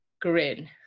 grin